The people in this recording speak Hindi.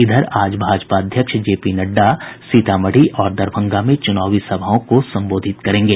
इधर आज भाजपा अध्यक्ष जेपी नड्डा सीतामढ़ी और दरभंगा में चुनावी सभाओं को संबोधित करेंगे